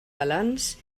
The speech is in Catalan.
balanç